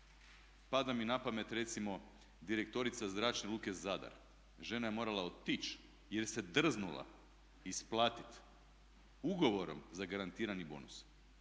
pada mi na pamet recimo direktorica Zračne luke Zadar. Žena je morala otići jer se drznula isplatiti ugovorom zagarantirani bonus.